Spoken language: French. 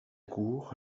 cour